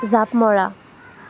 জাঁপ মৰা